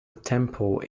temple